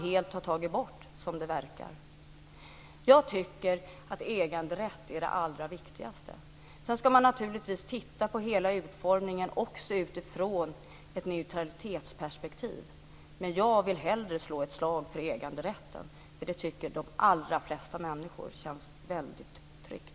Det verkar man helt ha tagit bort. Äganderätt är det allra viktigaste. Sedan ska man naturligtvis titta på hela utformningen också utifrån ett neutralitetsperspektiv. Men jag vill hellre slå ett slag för äganderätten. Det tycker de allra flesta människor känns väldigt tryggt.